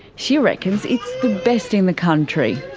she reckons it's the best in the country.